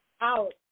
out